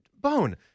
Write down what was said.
Bone